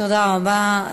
תודה רבה.